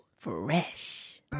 fresh